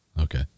Okay